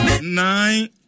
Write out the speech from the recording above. Nine